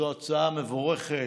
זו הצעה מבורכת.